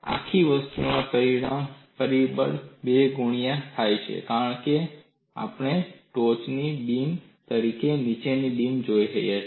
આખી વસ્તુ એક પરિબળ 2 થી ગુણાકાર થાય છે કારણ કે આપણે ટોચની બીમ તેમજ નીચેની બીમને જોઈ રહ્યા છીએ